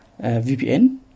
VPN